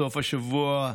בסוף השבוע,